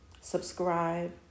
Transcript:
subscribe